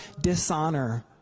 dishonor